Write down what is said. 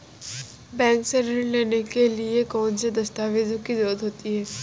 Bank से ऋण लेने के लिए कौन से दस्तावेज की जरूरत है?